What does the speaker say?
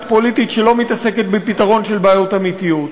פוליטית שלא מתעסקת בפתרון של בעיות אמיתיות,